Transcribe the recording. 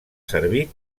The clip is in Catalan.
servir